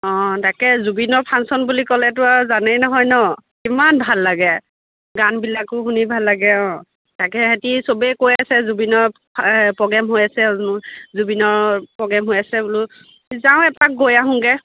অঁ তাকে জুবিনৰ ফাংচন বুলি ক'লেতো আৰু জানেই নহয় ন কিমান ভাল লাগে গানবিলাকো শুনি ভাল লাগে অঁ তাকে ইহঁতি চবেই কৈ আছে জুবিনৰ প্ৰগেম হৈ আছে জুবিনৰ প্ৰগেম হৈ আছে বোলো যাওঁ এপাক গৈ আহোঁগৈ